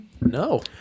No